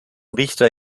richter